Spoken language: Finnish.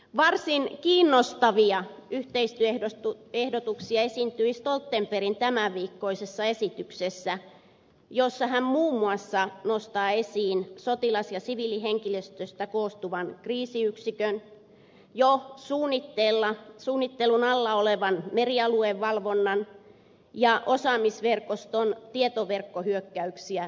varsin kiinnostavia yhteistyöehdotuksia esiintyi stoltenbergin tämänviikkoisessa esityksessä jossa hän muun muassa nostaa esiin sotilas ja siviilihenkilöstöstä koostuvan kriisiyksikön jo suunnittelun alla olevan merialueen valvonnan ja osaamisverkoston tietoverkostohyökkäyksiä torjumaan